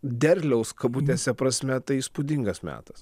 derliaus kabutėse prasme tai įspūdingas metas